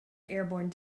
airborne